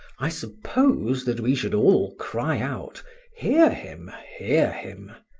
i suppose that we should all cry out hear him! hear him!